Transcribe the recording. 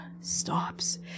stops